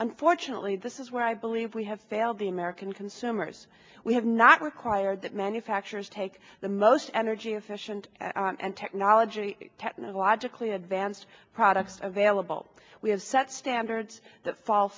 unfortunately this is where i believe we have failed the american consumers we have not required that manufacturers take the most energy efficient and technology technologically advanced products available we have set standards to fall